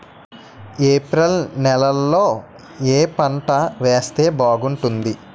April నెలలో ఏ పంట వేస్తే బాగుంటుంది?